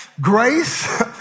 Grace